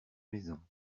maison